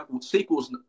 Sequels